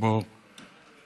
שבו